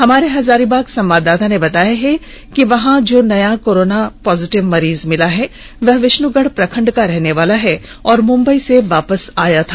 हमारे हजारीबाग संवाददाता ने बताया है कि यहां जो नया कोरोना पॉजिटिव मरीज मिला है वह विष्णुगढ़ प्रखंड का रहने वाला है और मुंबई से वापस आया था